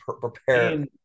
prepare